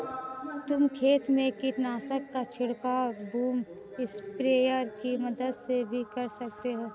तुम खेत में कीटनाशक का छिड़काव बूम स्प्रेयर की मदद से भी कर सकते हो